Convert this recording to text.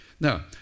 Now